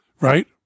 Right